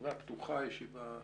ישיבה פתוחה, ישיבה פומבית.